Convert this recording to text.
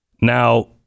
Now